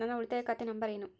ನನ್ನ ಉಳಿತಾಯ ಖಾತೆ ನಂಬರ್ ಏನು?